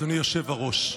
אדוני היושב-ראש,